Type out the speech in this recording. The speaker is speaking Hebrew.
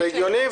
זה הגיוני.